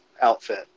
outfit